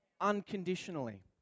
unconditionally